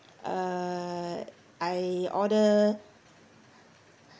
uh I order